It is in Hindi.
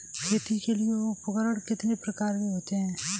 खेती के लिए उपकरण कितने प्रकार के होते हैं?